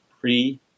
pre